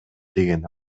деген